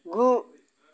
गु